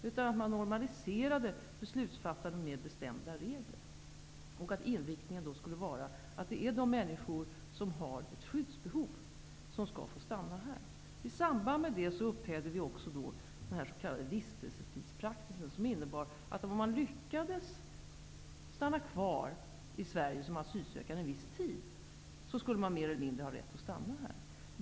Det gällde att normalisera beslutsfattandet med bestämda regler. Inriktningen skulle vara att de människor som har ett skyddsbehov skall få stanna här. I samband därmed upphävde vi den s.k. vistelsetidspraxisen. Den innebar att den asylsökande som lyckades stanna kvar i Sverige en viss tid mer eller mindre skulle ha rätt att stanna här.